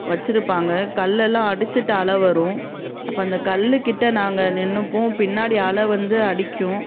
வச்சுருப்பாங்க கல்லெல்லாம் அடிச்சுவிட்டு அலை வரும் அப்போ அந்த கல்லுக்கிட்டே நாங்கள் நின்றுப்போம் பின்னாடி அலை வந்து அடிக்கும்